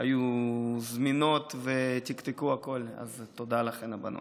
היו זמינות ותקתקו הכול, אז תודה לכן, הבנות.